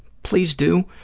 please do,